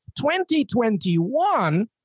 2021